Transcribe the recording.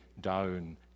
down